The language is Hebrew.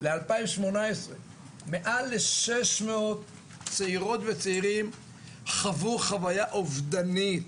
ל-2018 מעל ל-600 צעירות וצעירים חוו חוויה אובדנית.